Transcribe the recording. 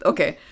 Okay